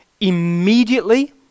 Immediately